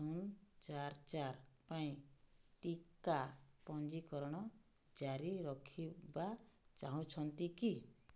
ଶୂନ ଚାରି ଚାରି ପାଇଁ ଟିକା ପଞ୍ଜୀକରଣ ଜାରି ରଖିବା ଚାହୁଁଛନ୍ତି କି